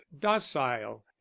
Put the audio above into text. docile